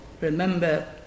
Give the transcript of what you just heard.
remember